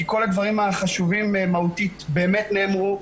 כי כל הדברים החשובים מהותית באמת נאמרו.